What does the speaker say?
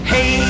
Hey